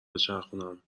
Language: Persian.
بچرخونم